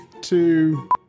two